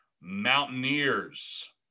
Mountaineers